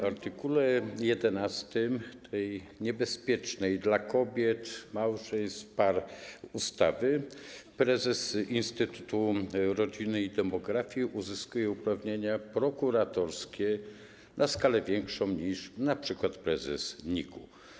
W art. 11 tej niebezpiecznej dla kobiet, małżeństw, par ustawy prezes instytutu rodziny i demografii uzyskuje uprawnienia prokuratorskie na skalę większą niż np. prezes NIK.